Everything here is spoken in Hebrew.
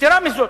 יתירה מזו,